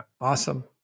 Awesome